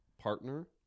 partner